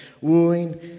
wooing